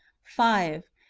five.